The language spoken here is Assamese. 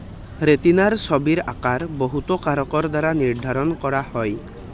ৰেটিনাৰ ছবিৰ আকাৰ বহুতো কাৰকৰ দ্বাৰা নিৰ্ধাৰণ কৰা হয়